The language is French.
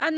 À